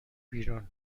بیرون